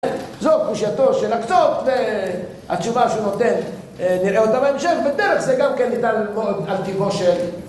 זו קושייתו של הקצות, והתשובה שנותנת נראה אותה בהמשך, ודרך זה גם כן ניתן ללמוד על טיבו של...